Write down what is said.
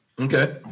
Okay